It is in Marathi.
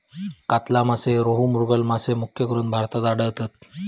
कातला मासे, रोहू, मृगल मासे मुख्यकरून भारतात आढळतत